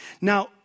Now